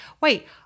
Wait